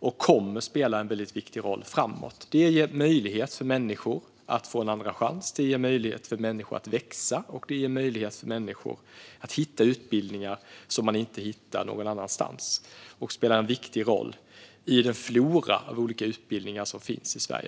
och de kommer att spela en väldigt viktig roll framåt. Det ger möjlighet för människor att få en andra chans. Det ger möjlighet för människor att växa. Det ger möjlighet för människor att hitta utbildningar som de inte hittar någon annanstans. De spelar en viktig roll i den flora av olika utbildningar som finns i Sverige.